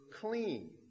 clean